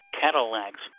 Cadillacs